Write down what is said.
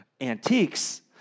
antiques